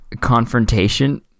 confrontation